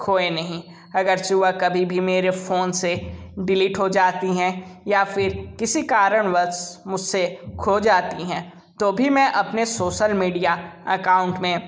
खोय नहीं अगर सुबह कभी भी मेरे फोन से डिलीट हो जाती हैं या फिर किसी कारण बस मुझसे खो जाती हैं तो भी मैं अपने सोसल मीडिया अकाउंट में